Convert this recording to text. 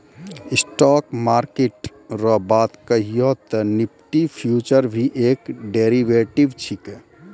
stock market रो बात कहियो ते निफ्टी फ्यूचर भी एक डेरीवेटिव छिकै